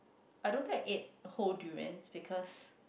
I don't think I ate whole durians because